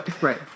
Right